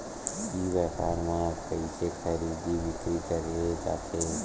ई व्यापार म कइसे खरीदी बिक्री करे जाथे?